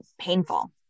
painful